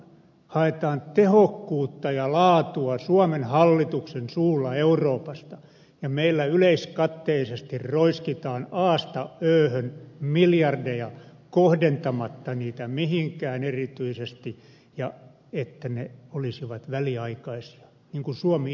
haetaan tehokkuutta ja laatua suomen hallituksen suulla euroopasta ja meillä yleiskatteisesti roiskitaan asta öhön miljardeja kohdentamatta niitä mihinkään erityisesti ja niin että ne olisivat väliaikaisia kuten suomi ilmoittaa maailmalle